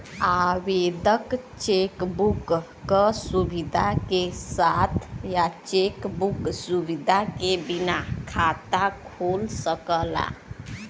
आवेदक cheque book क सुविधा के साथ या चेक बुक सुविधा के बिना खाता खोल सकला